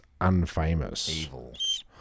unfamous